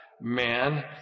man